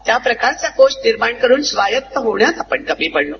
त्याप्रकारचा कोश निर्माण करून स्वायत्त होण्यास आपण कमी पडलो